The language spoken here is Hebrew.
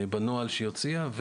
בנוהל שהיא הוציאה.